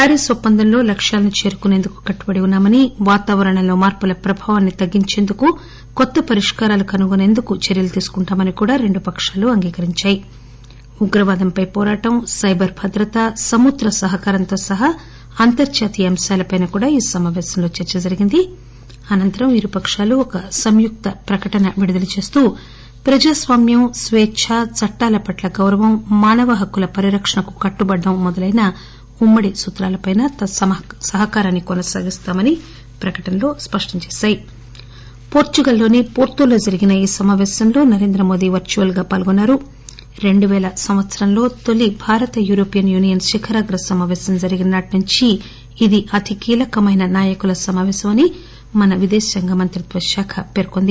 Paris ఒప్పందంలో లక్ష్యాలను చేరుకునేందుకు కట్టుబడి ఉన్నామని వాతావరణంలో మార్పుల ప్రభావాన్ని తగ్గించేందుకు కొత్త పరిష్కారాలు కనుగొనేందుకు చర్యలు తీసుకుంటామని కూడా రెండు పకాలూ అంగీకరించాయి ఉగ్రవాదంపై పోరాటం సైబర్ భద్రత సముద్ర సహకారంతో సహా అంతర్లాతీయ అంశాలపైనా కూడా ఈ సమాపేశంలో చర్చ జరిగింది అనంతరం ఇరు పకాలు ఒక సంయుక్త ప్రకటన విడుదల చేస్తూ ప్రజాస్వామ్యం స్వేచ్చ చట్టాల పట్ల గౌరవం మానవ హక్కుల పరిరక్షణకు కట్టుబడ్డాం మొదలైన ఉమ్మడి సూత్రాల పైన తమ సహకారాన్ని కొనసాగిస్తామని ప్రకటనలో స్పష్టం చేశాయి వోర్సుగల్లోని ఫోర్సే లో జరిగిన ఈ సమాపేశాల్లో నరేంద్ర మోదీ వర్చువల్గా పాల్గొన్నారు రెండు పేల సంవత్సరాల్లో తొలి భారత యూరోపియన్ యూనియన్ శిఖరాగ్ర సమాపేశం జరిగిన నాటినుంచి ఇది అతి కీలకమైన నాయకుల సమావేశమని విదేశాంగ మంత్రిత్వ శాఖ పేర్కొంది